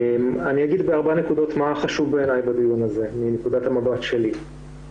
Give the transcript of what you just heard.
אני אומר בארבע נקודות מה חשוב בעיניי בדיון הזה מנקודת המבט שלי.